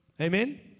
Amen